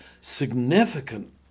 significant